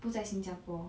不在新加坡